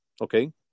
okay